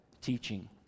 teaching